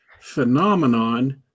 phenomenon